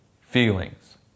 Feelings